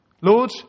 Lord